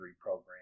program